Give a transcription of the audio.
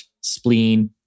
spleen